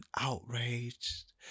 outraged